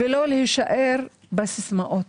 ולא להישאר בסיסמאות.